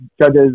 judges